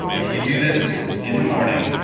if you do this in the morning,